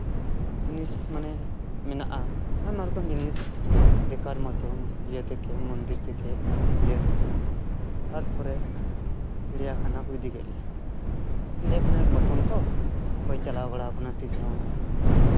ᱡᱤᱱᱤᱥ ᱢᱟᱱᱮ ᱢᱮᱱᱟᱜᱼᱟ ᱚᱱᱟ ᱨᱚᱠᱚᱢ ᱡᱤᱱᱤᱥ ᱵᱮᱠᱟᱨ ᱢᱚᱛᱚᱱ ᱤᱭᱟᱹ ᱛᱷᱮᱠᱮ ᱢᱚᱱᱫᱤᱨ ᱛᱷᱮᱠᱮ ᱤᱭᱟᱹ ᱛᱷᱮᱠᱮ ᱛᱟᱨᱯᱚᱨᱮ ᱪᱤᱲᱤᱭᱟᱠᱷᱟᱱᱟ ᱠᱚ ᱤᱫᱤ ᱠᱮᱫ ᱞᱮᱭᱟ ᱱᱚᱸᱰᱮ ᱠᱷᱚᱱᱟᱜ ᱯᱨᱚᱛᱷᱚᱢ ᱛᱚ ᱵᱟᱹᱧ ᱪᱟᱞᱟᱣ ᱵᱟᱲᱟ ᱟᱠᱟᱱᱟ ᱛᱤᱥᱨᱮᱦᱚᱸ